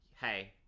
hey